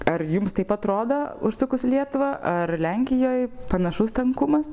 ar jums taip atrodo užsukus į lietuvą ar lenkijoj panašus tankumas